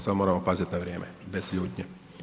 Samo moramo paziti na vrijeme, bez ljutnje.